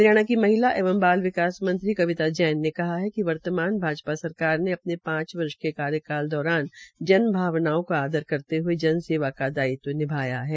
हरियाणा की महिला एवं बाल विकास मंत्री कविता जैन ने कहा है कि वर्तमान भाजपा सरका ने अपने पांच वर्ष के कार्यकाल दौरान जन भावनाओं का आदर करते ह ये जन सेवा का दायित्व निभाया है